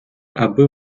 аби